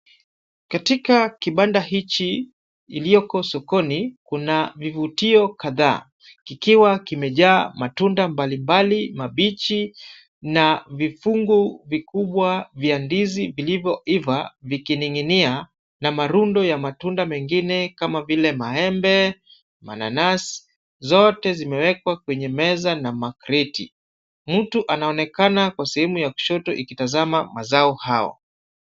Katika kibanda hichi ilichoko sokoni, kuna vivutio kadhaa. Kikiwa kimejaa matunda mbalimbali mabichi, na vifungu vikubwa vya ndizi vilivyo iva vikining'inia na marundo ya matunda mengine kama maembe na mananasi zote yaliwekwa kwenye meza na makreti, mtu anaonekana akitazama matunda hayo.